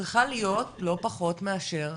צריכה להיות לא פחות ממנתח,